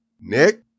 Nick